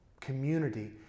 community